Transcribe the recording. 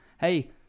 Hey